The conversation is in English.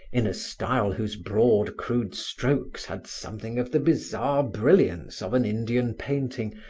in a style whose broad, crude strokes had something of the bizarre brilliance of an indian painting,